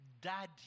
daddy